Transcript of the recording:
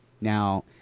Now